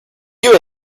you